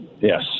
Yes